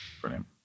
brilliant